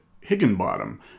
Higginbottom